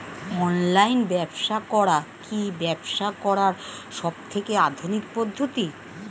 Online ব্যবসা করে কি ব্যবসা করার সবথেকে আধুনিক পদ্ধতি?